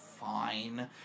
fine